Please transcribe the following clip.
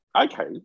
okay